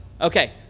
Okay